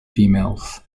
females